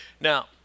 Now